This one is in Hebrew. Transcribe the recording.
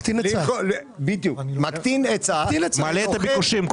מקטין היצע -- מעלה את הביקושים,